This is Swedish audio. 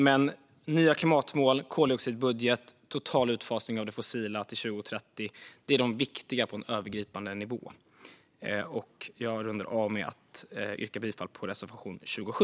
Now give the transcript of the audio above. Men våra förslag handlar om nya klimatmål, koldioxidbudget och total utfasning av det fossila till 2030. Det är de viktiga på en övergripande nivå. Jag rundar av med att yrka bifall till reservation 27.